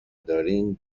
دارین